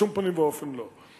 בשום פנים ואופן לא.